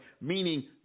meaning